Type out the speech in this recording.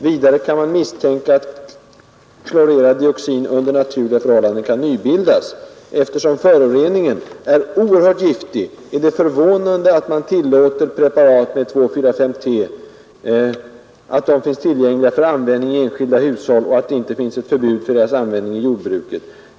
Vidare kan man misstänka att klorerad dioxin under naturliga förhållanden kan nybildas. Eftersom föroreningen är oerhört giftig är det förvånande att man tillåter att preparat med 2,4,5-T finns tillgängliga för användning i enskilda hushåll och att det inte finns ett förbud för deras användning i jordbruket.